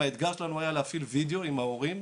האתגר שלנו היה להפעיל וידאו עם ההורים,